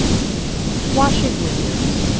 washing windows.